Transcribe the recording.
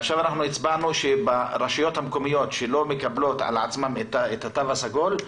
עכשיו הצבענו ברשויות המקומיות שלא מקבלות על עצמן את התו הסגול,